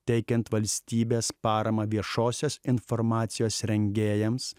teikiant valstybės paramą viešosios informacijos rengėjams